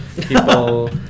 people